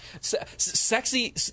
Sexy